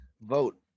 vote